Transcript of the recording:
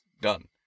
Done